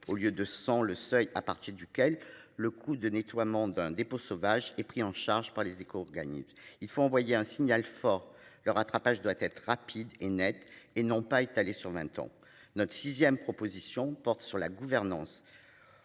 au lieu de 100, le seuil à partir duquel le coup de nettoiement d'un dépôt sauvage et pris en charge par les secours gagner il faut envoyer un signal fort le rattrapage doit être rapide et nette et non pas étalée sur 20 ans. Notre 6ème proposition porte sur la gouvernance.